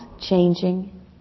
changing